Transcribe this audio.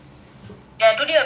ya today a bit shag lah